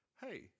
Hey